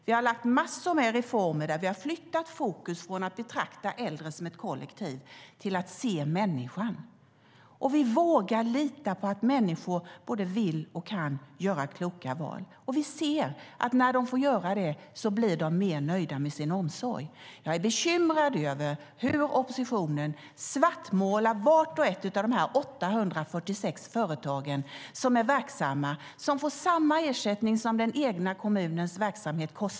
Vi har gjort massor av reformer, där vi har flyttat fokus från att betrakta äldre som ett kollektiv till att se människan. Vi vågar lita på att människor både vill och kan göra kloka val, och vi ser att när de får göra det blir de mer nöjda med sin omsorg. Jag är bekymrad över hur oppositionen svartmålar vart och ett av de 846 företag som är verksamma och som får samma ersättning som kostnaden för den egna kommunens verksamhet.